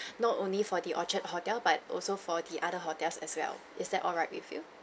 not only for the orchard hotel but also for the other hotels as well is that alright with you